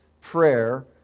prayer